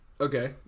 Okay